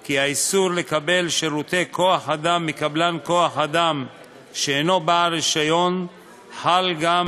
כי האיסור לקבל שירותי כוח-אדם מקבלן כוח-אדם שאינו בעל רישיון חל גם